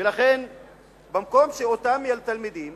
ולכן במקום שאותם תלמידים